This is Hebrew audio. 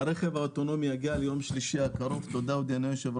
הרכב האוטונומי יגיע ביום שלישי הקרוב לדיון.